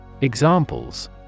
Examples